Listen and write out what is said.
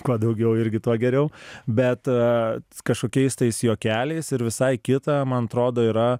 kuo daugiau irgi tuo geriau bet kažkokiais tais juokeliais ir visai kita man atrodo yra